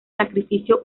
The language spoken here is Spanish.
sacrificio